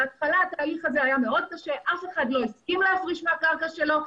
בהתחלה התהליך הזה היה מאוד קשה אף אחד לא הסכים להפריש מהקרקע שלו,